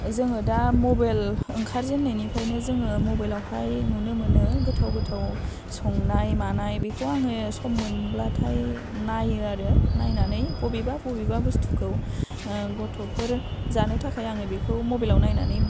जोङो दा मबेल ओंखारजेन्नायनिफ्रायनो जोङो मबेलावहाय नुनो मोनो गोथाव गोथाव संनाय मानाय बेखौ आङो सम मोनब्लाथाय नायो आरो नायनानै बबेबा बबेबा बुस्थुखौ ओह गथ'फोर जानो थाखाय आङो बेखौ मबेलाव नायनानै